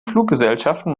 fluggesellschaften